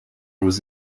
was